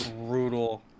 brutal